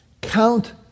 count